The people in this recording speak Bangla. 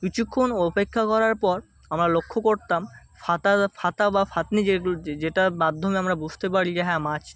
কিছুক্ষণ অপেক্ষা করার পর আমার লক্ষ করতাম ফাতা ফাতা বা ফাতনি যেইগুলো যে যেটার মাধ্যমে আমরা বুঝতে পারি যে হ্যাঁ মাছ